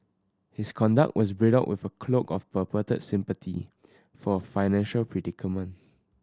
his conduct was bridled with a cloak of purported sympathy for financial predicament